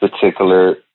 particular